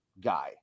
guy